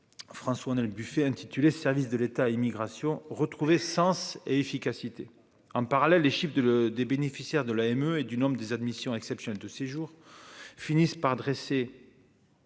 François, on a le buffet intitulé : services de l'État émigration retrouver sens et efficacité en